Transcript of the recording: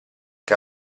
che